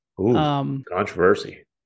Controversy